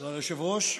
אדוני היושב-ראש,